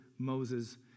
Moses